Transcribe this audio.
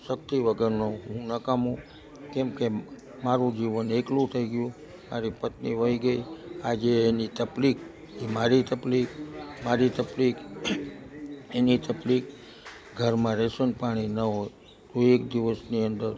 શક્તિ વગરનો હું નકામો કેમકે મારુ જીવન એકલું થઈ ગયું મારી પત્ની ચાલી ગઈ આજે એની તકલીફ મારી તકલીફ મારી તકલીફ એની તકલીફ ઘરમાં રેશન પાણી ન હોય કોઈ એક દિવસની અંદર